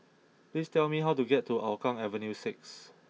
please tell me how to get to Hougang Avenue six